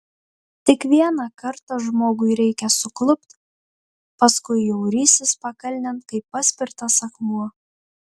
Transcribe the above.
tik vieną kartą žmogui reikia suklupt paskui jau risies pakalnėn kaip paspirtas akmuo